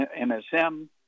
MSM